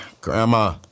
Grandma